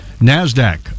NASDAQ